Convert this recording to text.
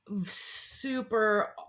super